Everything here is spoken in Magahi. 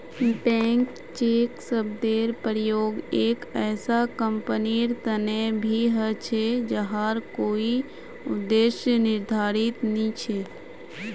ब्लैंक चेक शब्देर प्रयोग एक ऐसा कंपनीर तने भी ह छे जहार कोई उद्देश्य निर्धारित नी छ